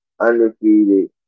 undefeated